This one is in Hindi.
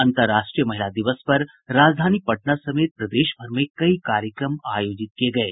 अंतर्राष्ट्रीय महिला दिवस पर राजधानी पटना समेत प्रदेश भर में कई कार्यक्रम आयोजित किये गये